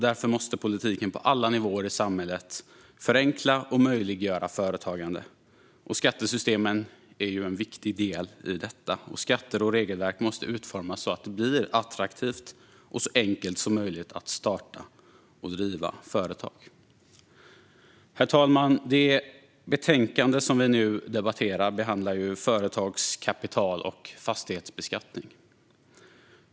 Därför måste politiken på alla nivåer i samhället förenkla och möjliggöra företagande, och skattesystemen är ju en viktig del i detta. Skatter och regelverk måste utformas så att det blir attraktivt och så enkelt som möjligt att starta och driva företag. Herr talman! Det betänkande vi nu debatterar behandlar företags, kapital och fastighetsbeskattning.